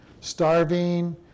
Starving